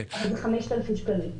זה 5,000 שקלים.